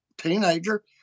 Teenager